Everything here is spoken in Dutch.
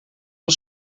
van